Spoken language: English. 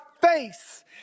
face